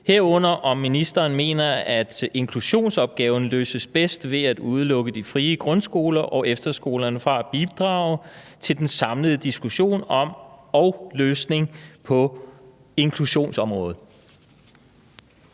ministeren mener, at inklusionsopgaven løses bedst ved at udelukke de frie grundskoler og efterskolerne fra at bidrage til den samlede diskussion om og løsning på inklusionsområdet?